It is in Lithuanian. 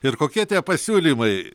ir kokie tie pasiūlymai